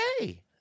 okay